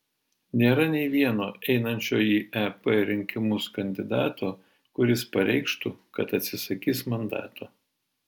nėra nei vieno einančio į ep rinkimus kandidato kuris pareikštų kad atsisakys mandato